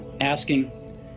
asking